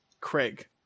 Craig